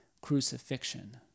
crucifixion